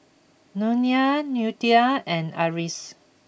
Nolia Ludie and Arlis